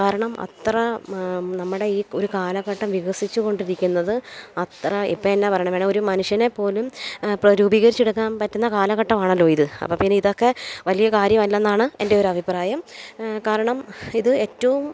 കാരണം അത്ര നമ്മുടെ ഈ ഒരു കാലഘട്ടം വികസിച്ചുകൊണ്ടിരിക്കുന്നത് അത്ര ഇപ്പം എന്നാൽ പറയണത് വേണേൽ ഒരു മനുഷ്യനെ പോലും ഇപ്പം രൂപീകരിച്ചെടുക്കാൻ പറ്റുന്ന കാലഘട്ടം ആണല്ലോ ഇത് അപ്പോൾ പിന്നെ ഇതൊക്കെ വലിയ കാര്യവല്ലെന്നാണ് എൻ്റെ ഒരഭിപ്രായം കാരണം ഇത് എറ്റവും